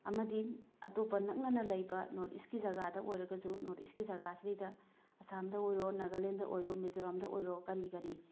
ꯑꯃꯗꯤ ꯑꯇꯣꯞꯄ ꯅꯛꯅꯅ ꯂꯩꯕ ꯅꯣꯠ ꯏꯁꯀꯤ ꯖꯥꯥꯒꯗ ꯑꯣꯏꯔꯒꯁꯨ ꯅꯣꯠ ꯏꯁꯀꯤ ꯖꯥꯒꯥ ꯁꯤꯗꯩꯗ ꯑꯁꯥꯝꯗ ꯑꯣꯏꯔꯣ ꯅꯥꯒꯥꯂꯦꯟꯗ ꯑꯣꯏꯔꯣ ꯃꯤꯖꯣꯔꯥꯝꯗ ꯑꯣꯏꯔꯣ ꯀꯔꯤ ꯀꯔꯤ